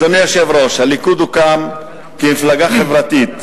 אדוני היושב-ראש, הליכוד הוקם כמפלגה חברתית.